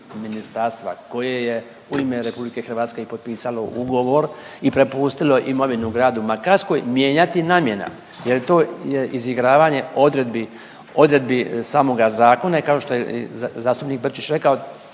ministarstva koje je u ime RH potpisalo ugovor i prepustilo imovinu gradu Makarskoj mijenjati namjena jer to je izigravanje odredbi, odredbi samoga zakona i kao što je zastupnik Brčić rekao